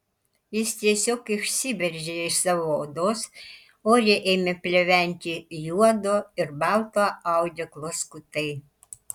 jis tiesiog išsiveržė iš savo odos ore ėmė pleventi juodo ir balto audeklo skutai